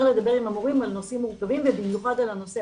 לדבר עם המורים על נושאים מורכבים ובמיוחד על הנושא